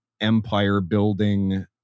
empire-building